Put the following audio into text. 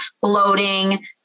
bloating